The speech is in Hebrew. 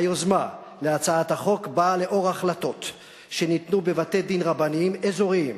היוזמה להצעת החוק באה לנוכח החלטות שניתנו בבתי-דין רבניים אזוריים